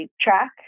track